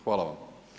Hvala vam.